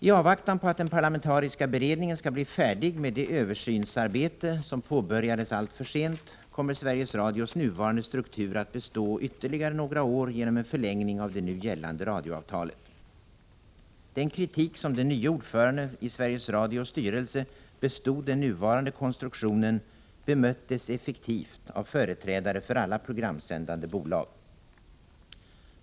I avvaktan på att den parlamentariska beredningen skall bli färdig med det översynsarbete som påbörjades alltför sent kommer Sveriges Radios nuvarande struktur att bestå ytterligare några år genom en förlängning av det nu gällande radioavtalet. Den kritik som den nye ordföranden i Sveriges Radios styrelse bestod den nuvarande konstruktionen bemöttes effektivt av företrädare för alla programsändande bolag.